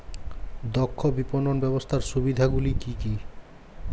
দক্ষ বিপণন ব্যবস্থার সুবিধাগুলি কি কি?